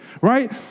right